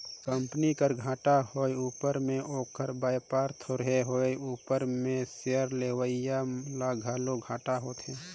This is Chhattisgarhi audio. कंपनी कर घाटा होए उपर में ओकर बयपार थोरहें होए उपर में सेयर लेवईया ल घलो घाटा होथे